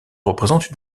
représente